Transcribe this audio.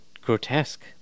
grotesque